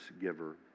giver